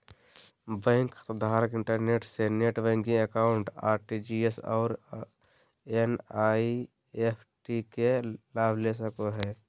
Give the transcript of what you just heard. bank खाताधारक internet से net banking account, RTGS और एन.इ.एफ.टी के लाभ ले सको हइ